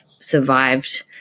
survived